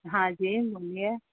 ہاں جی بولیے